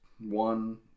one